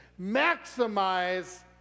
maximize